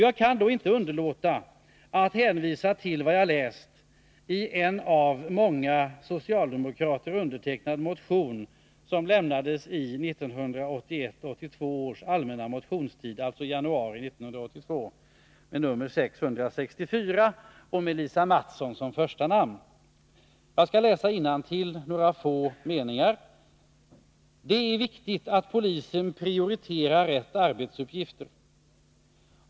Jag kan då inte underlåta att hänvisa till vad jag läst i en av många socialdemokrater undertecknad motion, som väcktes under den allmänna motionstiden 1982, nr 664 av Lisa Mattson m.fl. Jag skall läsa upp några få meningar: ”Det är ——-— viktigt att polisen prioriterar rätt arbetsuppgifter.